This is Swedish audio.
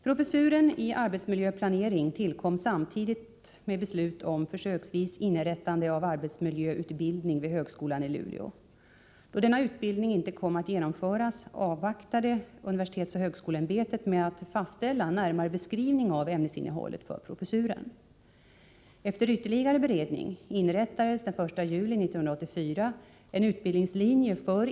Professuren i arbetsmiljöplanering tillkom samtidigt med beslut om försöksvis inrättande av arbetsmiljöutbildning vid högskolan i Luleå. Då denna utbildning inte kom att genomföras, avvaktade universitetsoch högskoleämbetet med att fastställa närmare beskrivning av ämnesinnehållet för professuren.